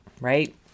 right